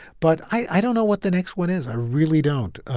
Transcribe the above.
but i don't know what the next one is. i really don't.